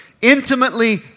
intimately